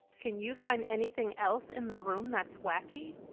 can you find anything else in the room that's wacky?